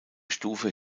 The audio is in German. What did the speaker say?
stufe